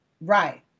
Right